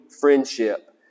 friendship